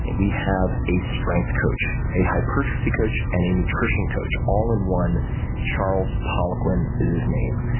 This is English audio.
and we have a strength coach, a hypertrophy coach and a nutrition coach all in one charles poliquin is his name.